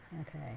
Okay